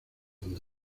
donde